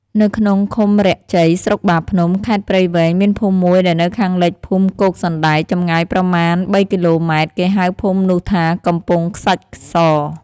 នៅក្នុង ឃុំរាក់ជ័យ ស្រុកបាភ្នំ ខេត្តព្រៃវែង មានភូមិមួយដែលនៅខាងលិចភូមិគោកសណ្តែក ចម្ងាយប្រមាណ ៣ គីឡូម៉ែត្រ គេហៅភូមិនោះថា “កំពង់ខ្សាច់ស”។